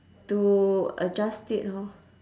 to adjust it lor